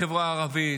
רצח בחברה הערבית,